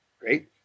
Great